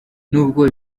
nubwo